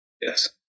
Yes